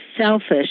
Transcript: selfish